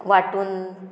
वांटून